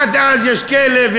עד אז יש כלב,